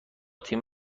تیم